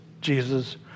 Jesus